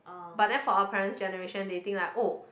but then for our parent's generation they think like oh